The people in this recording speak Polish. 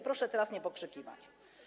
Proszę teraz nie pokrzykiwać.